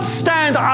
stand